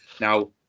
Now